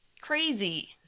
Crazy